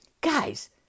Guys